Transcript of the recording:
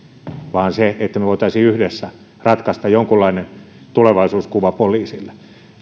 vaan että me voisimme yhdessä ratkaista jonkunlaisen tulevaisuuskuvan poliisille